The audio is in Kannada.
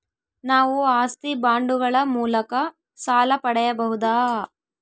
ನಾವು ಆಸ್ತಿ ಬಾಂಡುಗಳ ಮೂಲಕ ಸಾಲ ಪಡೆಯಬಹುದಾ?